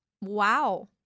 Wow